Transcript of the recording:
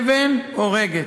אבן הורגת.